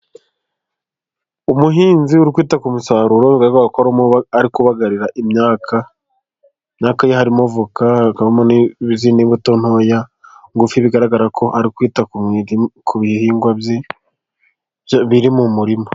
Umuhinzi urikwita ku musaruro bigaragara ko arikubagarira imyaka, imyaka ye harimo voka kakabamo n'izindi mbuto ntoya ngufi, bigaragarako arikwita kubihingwa bye biri mu murima.